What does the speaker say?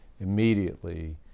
immediately